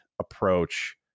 approach